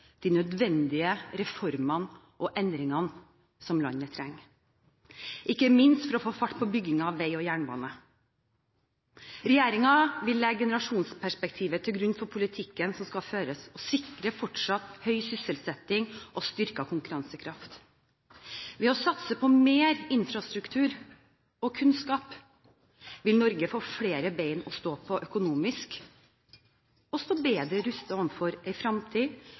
de nødvendige reformene og endringene som landet trenger, ikke minst for å få fart på byggingen av vei og jernbane. Regjeringen vil legge generasjonsperspektivet til grunn for politikken som skal føres, og sikre fortsatt høy sysselsetting og styrket konkurransekraft. Ved å satse på mer infrastruktur og kunnskap vil Norge få flere bein å stå på økonomisk, og stå bedre